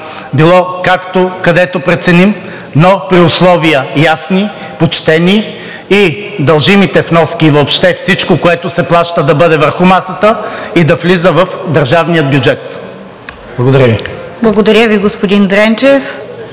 било където преценим, но при условия ясни, почтени и дължимите вноски, въобще всичко, което се плаща, да бъде върху масата и да влиза в държавния бюджет. Благодаря Ви. ПРЕДСЕДАТЕЛ РОСИЦА КИРОВА: Благодаря Ви, господин Дренчев.